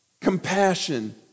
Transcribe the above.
compassion